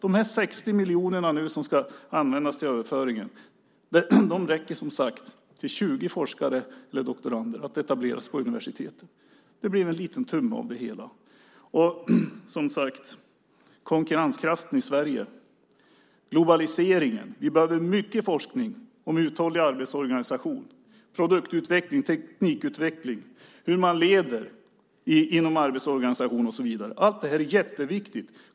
De här 60 miljonerna som ska användas till överföringen räcker som sagt till 20 forskare eller doktorander att etableras vid universiteten. Det blir en liten tumme av det hela. Som sagt handlar det om konkurrenskraften i Sverige, om globalisering. Vi behöver mycket forskning och en uthållig arbetsorganisation, produktutveckling, teknikutveckling, hur man leder inom arbetsorganisationer och så vidare. Allt detta är jätteviktigt.